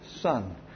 son